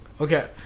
Okay